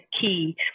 key